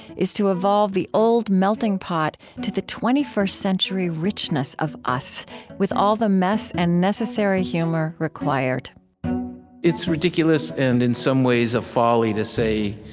is to evolve the old melting pot to the twenty first century richness of us with all the mess and necessary humor required it's ridiculous and, in some ways, a folly to say,